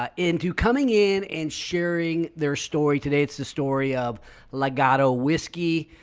ah into coming in and sharing their story today. it's the story of legato whiskey.